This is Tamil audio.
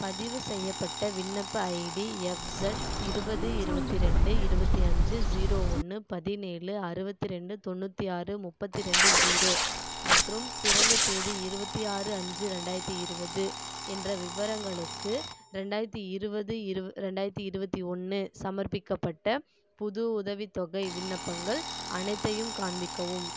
பதிவு செய்யப்பட்ட விண்ணப்ப ஐடி எஃப்இஸட் இருபது இருபத்தி ரெண்டு இருபத்தி அஞ்சு ஜீரோ ஒன்று பதினேழு அறுபத்தி ரெண்டு தொண்ணூற்றி ஆறு முப்பத்தி ரெண்டு ஜீரோ மற்றும் பிறந்த தேதி இருபத்தி ஆறு அஞ்சு ரெண்டாயிரத்தி இருபது என்ற விவரங்களுக்கு ரெண்டாயிரத்தி இருபது இருவ ரெண்டாயிரத்தி இருபத்தி ஒன்று சமர்ப்பிக்கப்பட்ட புது உதவித்தொகை விண்ணப்பங்கள் அனைத்தையும் காண்பிக்கவும்